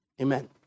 amen